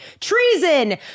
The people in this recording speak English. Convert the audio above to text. treason